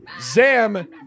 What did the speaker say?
Zam